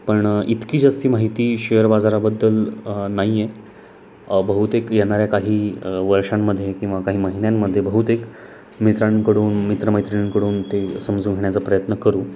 पण इतकी जास्ती माहिती शेअर बाजाराबद्दल नाही आहे बहुतेक येणाऱ्या काही वर्षांमध्ये किंवा काही महिन्यांमध्ये बहुतेक मित्रांकडून मित्रमैत्रिणींकडून ते समजून घेण्याचा प्रयत्न करू